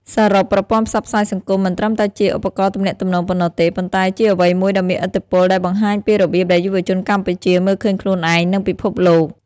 សរុប ប្រព័ន្ធផ្សព្វផ្សាយសង្គមមិនត្រឹមតែជាឧបករណ៍ទំនាក់ទំនងប៉ុណ្ណោះទេ ប៉ុន្តែជាអ្វីមួយដ៏មានឥទ្ធិពលដែលបង្ហាញពីរបៀបដែលយុវជនកម្ពុជាមើលឃើញខ្លួនឯង និងពិភពលោក។